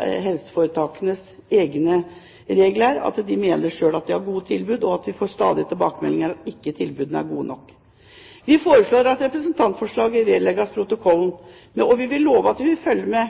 helseforetakenes egne regler. De mener selv at de har gode tilbud, men vi får stadig tilbakemeldinger om at tilbudene ikke er gode nok. Vi foreslår at representantforslaget vedlegges protokollen. Vi vil love at vi vil følge med,